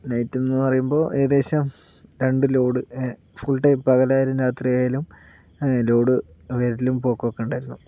night എന്ന് പറയുമ്പോൾ ഏകദേശം രണ്ട് ലോഡ് ഫുൾ ടൈം പകലായാലും രാത്രിയായാലും ലോഡ് വരലും പോക്കൊക്കെ ഉണ്ടായിരുന്നു